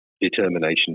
determination